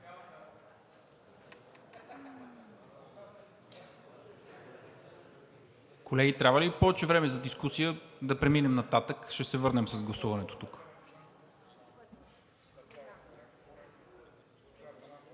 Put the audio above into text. трябва ли Ви повече време за дискусия? Да преминем нататък и ще се върнем за гласуването тук.